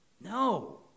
No